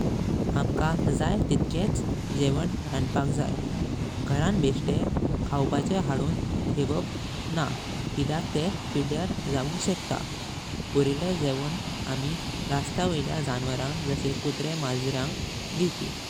आमका जाई तितकेच गेवन रानपाक जाई। घरान बेश्ते खावपाचे हाडुन तेंवप ना कित्याक ते पाइद्यार जाऊं शेकता। उरिले गेवन आमी रस्त्या वायल्या जानवरांग जाशे कुतरे, माजरांग दिवपी।